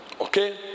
Okay